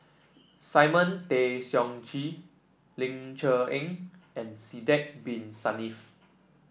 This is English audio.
Simon Tay Seong Chee Ling Cher Eng and Sidek Bin Saniff